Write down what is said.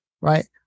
right